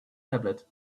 tablet